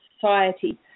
society